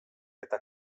eta